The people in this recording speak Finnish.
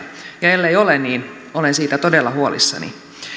ja ellei ole niin olen siitä todella huolissani